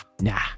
nah